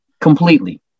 completely